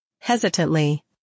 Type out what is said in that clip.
Hesitantly